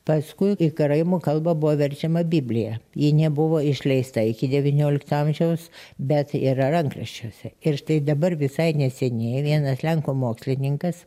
paskui į karaimų kalbą buvo verčiama biblija ji nebuvo išleista iki devyniolikto amžiaus bet yra rankraščiuose ir štai dabar visai neseniai vienas lenkų mokslininkas